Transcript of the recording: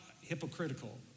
hypocritical